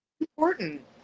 important